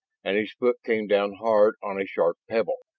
and his foot came down hard on a sharp pebble.